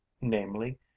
namely